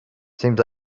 seems